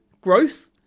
Growth